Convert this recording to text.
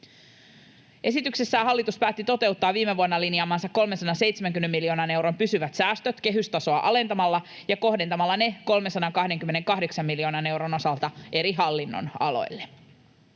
Esityksessään hallitus päätti toteuttaa viime vuonna linjaamansa 370 miljoonan euron pysyvät säästöt kehystasoa alentamalla ja kohdentamalla ne 328 miljoonan euron osalta eri hallinnonaloille.